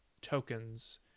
tokens